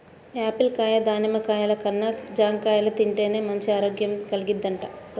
Apple కాయ, దానిమ్మ కాయల కన్నా జాంకాయలు తింటేనే మంచి ఆరోగ్యం కల్గిద్దంట గదా